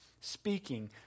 speaking